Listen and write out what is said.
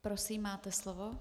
Prosím, máte slovo.